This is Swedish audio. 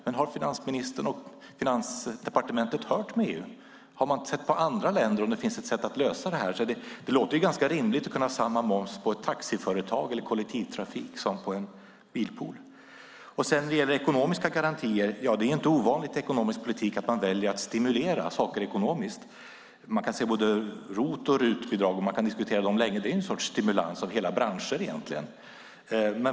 Men har finansministern och Finansdepartementet hört med EU? Har man sett på andra länder om det finns ett sätt att lösa detta? Det låter ganska rimligt att kunna ha samma moms på ett taxiföretag eller på kollektivtrafik som på en bilpool. När det gäller ekonomiska garantier är det inte ovanligt att man väljer att stimulera saker ekonomiskt i ekonomisk politik. Vi kan se på både ROT och RUT-avdragen och diskutera dem länge. Det är egentligen en sorts stimulans av hela branscher.